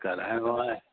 कराइणो आहे